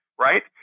right